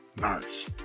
Nice